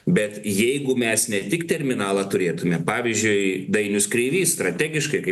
bet jeigu mes ne tik terminalą turėtume pavyzdžiui dainius kreivys strategiškai kai